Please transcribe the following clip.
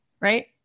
right